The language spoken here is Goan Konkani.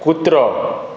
कुत्रो